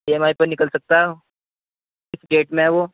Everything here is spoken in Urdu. ای ایم آئی پر نکل سکتا ہے وہ کس ریٹ میں ہے وہ